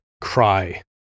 cry